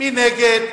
מי נגד?